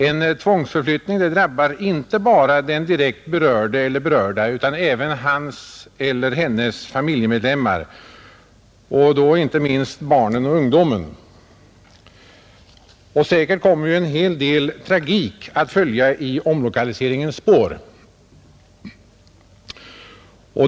En tvångsförflyttning drabbar inte bara den direkt berörde eller berörda utan även hans eller hennes familjemedlemmar, inte minst barnen och ungdomen. Säkerligen kommer en hel del tragik att följa i omlokaliseringens spår.